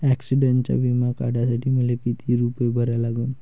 ॲक्सिडंटचा बिमा काढा साठी मले किती रूपे भरा लागन?